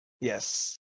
Yes